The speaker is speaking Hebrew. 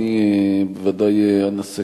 אני בוודאי אנסה,